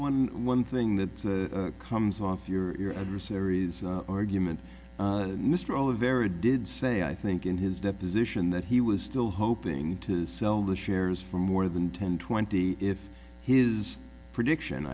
one one thing that comes off your adversary's argument mr all a very did say i think in his deposition that he was still hoping to sell the shares for more than ten twenty if his prediction